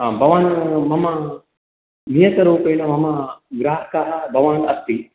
हा भवान् मम नियतरूपेण मम ग्राहकः भवान् अस्ति